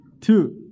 Two